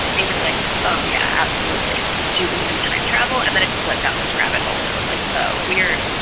he was like, oh, yeah, absolutely. do you believe in time travel? and then it just went down this rabbit hole, and i was like, oh, we're